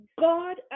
God